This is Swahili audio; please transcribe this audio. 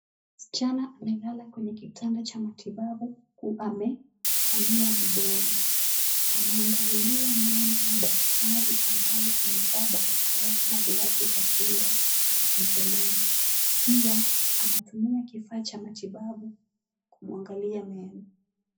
Msichana amelala kwenye kitanda cha matibabu huku amepanua mdomo. Anaangaliwa meno na daktari ambaye amevaa barakoa na glavu za kinga mkononi. Pia anatumia kifaa cha matibabu kumuangalia meno.